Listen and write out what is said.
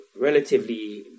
relatively